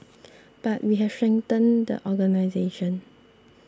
but we have strengthened the organisation